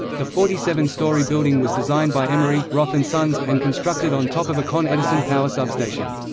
the forty seven story building was designed by emery, roth and sons, and constructed on top of a con edison power substation.